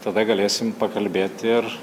tada galėsim pakalbėt ir